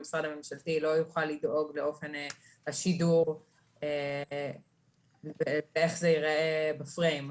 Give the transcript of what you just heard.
המשרד הממשלתי לא יוכל לדאוג לאופן השידור ואיך זה יראה בפריים,